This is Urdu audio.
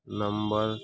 نمبر